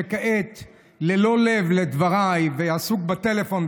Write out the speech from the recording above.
שכעת ללא שימת לב לדבריי עסוק בטלפון,